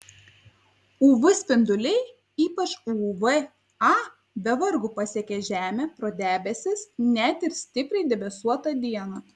uv spinduliai ypač uv a be vargo pasiekia žemę pro debesis net ir stipriai debesuotą dieną